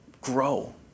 grow